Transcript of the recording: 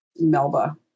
Melba